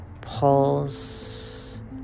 pulse